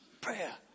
Prayer